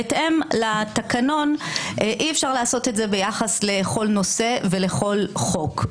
בהתאם לתקנון אי-אפשר לעשות את זה ביחס לכל נושא ולכל חוק.